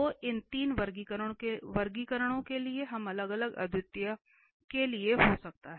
तो इन तीन वर्गीकरणों के लिए हम अलग अलग अद्वितीयताओं के लिए हो सकते हैं